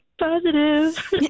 positive